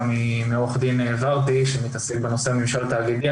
מעו"ד ורדי שמתעסק בנושא הממשל-תאגידי.